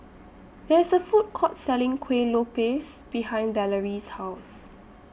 There IS A Food Court Selling Kueh Lopes behind Valarie's House